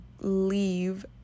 leave